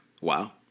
Wow